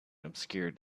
obscured